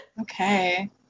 Okay